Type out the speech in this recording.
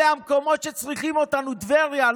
אלה המקומות שצריכים אותנו, טבריה.